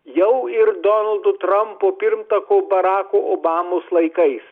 jau ir donaldo trampo pirmtako barako obamos laikais